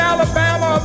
Alabama